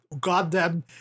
goddamn